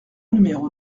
numéro